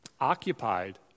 occupied